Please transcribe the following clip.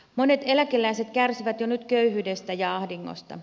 monet eläkeläiset kärsivät jo nyt köyhyydestä ja ahdingosta